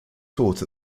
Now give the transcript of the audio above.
taught